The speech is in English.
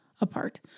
apart